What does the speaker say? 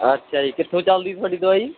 ਅੱਛਾ ਜੀ ਕਿੱਥੋਂ ਚੱਲਦੀ ਤੁਹਾਡੀ ਦਵਾਈ